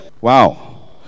Wow